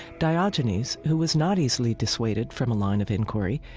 diogenes, who was not easily dissuaded from a line of inquiry,